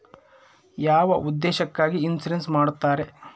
ಯಾವ ಉದ್ದೇಶಕ್ಕಾಗಿ ಇನ್ಸುರೆನ್ಸ್ ಮಾಡ್ತಾರೆ?